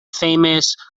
famous